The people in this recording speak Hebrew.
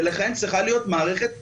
ולכן צריכה להיות מערכת מהירה,